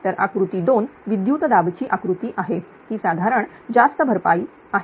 तर आकृती 2 विद्युत् दाब ची आकृती आहे ही साधारण भार जास्त भरपाई आहे